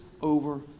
over